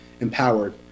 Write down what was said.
empowered